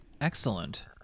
Excellent